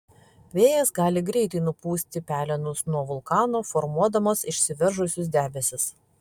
vėjas gali greitai nupūsti pelenus nuo vulkano formuodamas išsiveržusius debesis